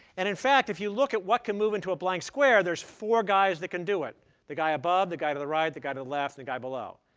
and in fact, if you look at what can move into a blank square, there's four guys that can do it the guy above, the guy to the right, the guy to the left, and the guy below.